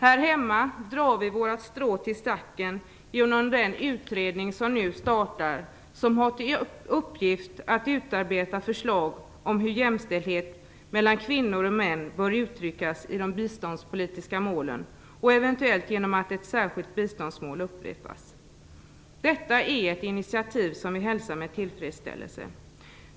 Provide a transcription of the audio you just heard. Här hemma drar vi vårt strå till stacken genom den utredning som nu startar och som har till uppgift att utarbeta förslag till hur jämställdhet mellan kvinnor och män bör uttryckas i de biståndspolitiska målen och eventuellt genom att ett särskilt biståndsmål upprättas. Detta är ett initiativ som vi hälsar med tillfredsställelse.